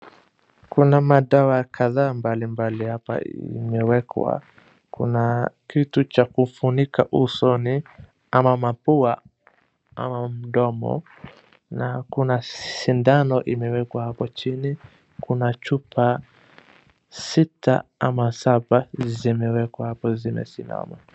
Kuna madawa kadhaa mbalimbali hapa imewekwa. Kuna kitu cha kufunika usoni, ama mapaua ama mdomo na kuna sindano imewekwa hapo chini. Kuna chupa sita ama saba zimewekwa hapo zimesimama.